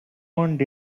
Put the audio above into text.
opened